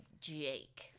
Jake